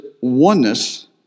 oneness